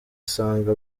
usanga